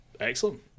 excellent